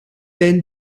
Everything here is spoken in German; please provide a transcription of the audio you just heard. denn